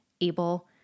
able